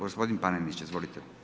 Gospodin Panenić, izvolite.